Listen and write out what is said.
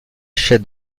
chef